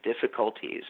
difficulties